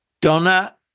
Donna